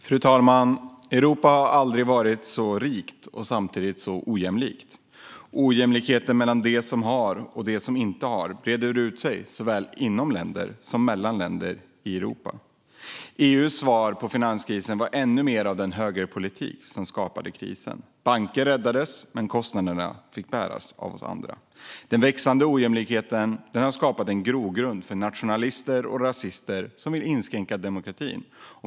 Fru talman! Europa har aldrig varit så rikt och samtidigt så ojämlikt. Ojämlikheten mellan dem som har och dem som inte har breder ut sig såväl inom länder som mellan länder i Europa. EU:s svar på finanskrisen var ännu mer av den högerpolitik som skapade krisen. Banker räddades, men kostnaderna fick bäras av oss andra. Den växande ojämlikheten har skapat en grogrund för nationalister och rasister som vill inskränka demokratin.